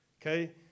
Okay